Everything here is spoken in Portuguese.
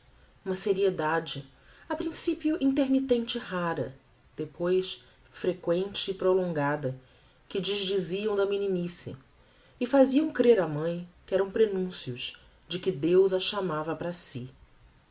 uma seriedade a principio intermittente e rara depois frequente e prolongada que desdiziam da meninice e faziam crer á mãe que eram prenuncios de que deus a chamava para si